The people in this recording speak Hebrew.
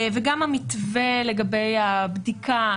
וגם המתווה לגבי הבדיקה,